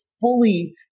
fully